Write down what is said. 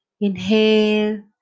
Inhale